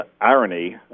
irony